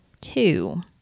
two